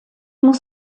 muss